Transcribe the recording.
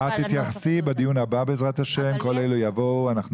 את תתייחסי בדיון הבא, בעזרת השם.